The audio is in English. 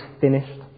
finished